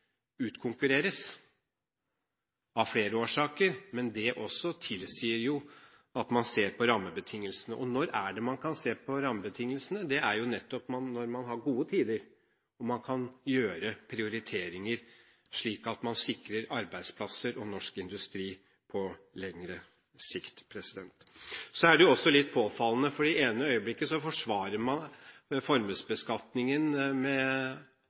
utkonkurreres – av flere årsaker – men det tilsier jo at man også ser på rammebetingelsene. Når kan man se på rammebetingelsene? Det er nettopp når man har gode tider, og man kan foreta prioriteringer, slik at man sikrer norske arbeidsplasser og norsk industri på lengre sikt. Så er det også litt påfallende at i det ene øyeblikket forsvarer man formuesbeskatningen med